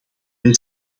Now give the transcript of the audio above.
wij